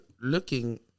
looking